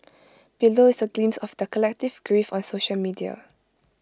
below is A glimpse of their collective grief on social media